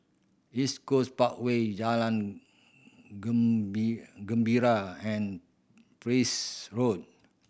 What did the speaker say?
East Coast Parkway Jalan Gembira and Peirce Road